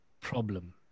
problem